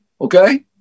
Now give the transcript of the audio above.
okay